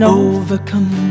overcome